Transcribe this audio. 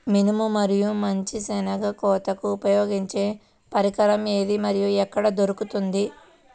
మినుము మరియు మంచి శెనగ కోతకు ఉపయోగించే పరికరం ఏది మరియు ఎక్కడ దొరుకుతుంది?